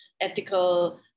ethical